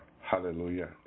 hallelujah